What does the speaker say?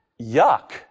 yuck